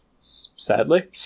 sadly